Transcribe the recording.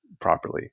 properly